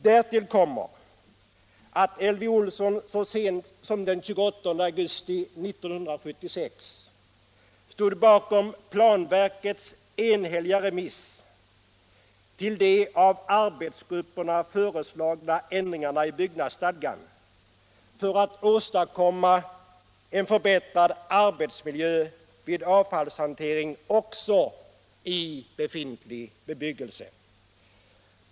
Därtill kommer att Elvy Olsson så sent som den 28 augusti 1976 stod bakom planverkets enhälliga remiss till de av arbetsgruppen föreslagna ändringarna i byggnadsstadgan för att åstadkomma en förbättrad arbetsmiljö vid avfallshantering också i befintlig bebyggelse.